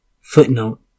Footnote